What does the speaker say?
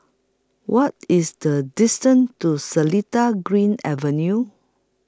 What IS The distance to Seletar Green Avenue